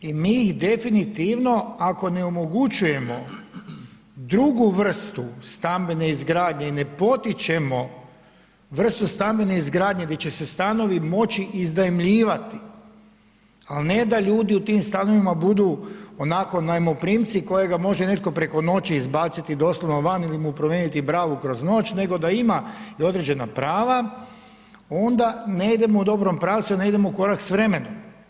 I mi definitivno ako ne omogućujemo drugu vrstu stambene izgradnje i ne potičemo vrstu stambene izgradnje gdje će se stanovi moći iznajmljivati a ne da ljudi u tim stanovima budu onako najmoprimci kojega može netko preko noći izbaciti doslovno van ili mu promijeniti bravu kroz noć nego da ima i određena prava onda ne idemo u dobrom pravcu jer ne idemo u korak s vremenom.